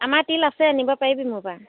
আমাৰ তিল আছে নিব পাৰিবি মোৰপৰা